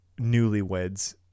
newlyweds